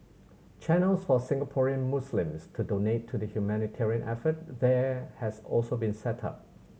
channels for Singaporean Muslims to donate to the humanitarian effort there has also been set up